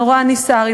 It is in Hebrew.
נורא נסער,